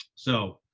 so